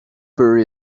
bury